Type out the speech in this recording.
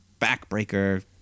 backbreaker